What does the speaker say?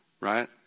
right